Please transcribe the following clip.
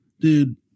dude